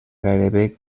gairebé